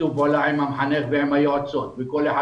בשיתוף פעולה עם המחנך ועם היועצות וכל אחד